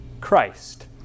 Christ